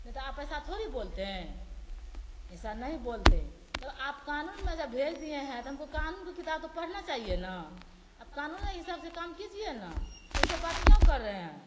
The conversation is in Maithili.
नहीं तो आप ऐसा थोड़ी बोलते ऐसा नहीं बोलते जब आप कानून में जब भेज दिए हैं तऽ हमको कानून की किताब तो पढ़ना चाहिए ना आप कानूने हिसाब से काम कीजिए ना ऐसे बात क्यों कर रहे हैं